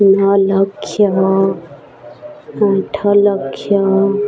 ନଅ ଲକ୍ଷ ଆଠ ଲକ୍ଷ